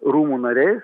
rūmų nariais